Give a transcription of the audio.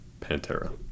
Pantera